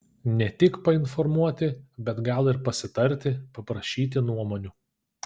ne tik painformuoti bet gal ir pasitarti paprašyti nuomonių